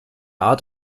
art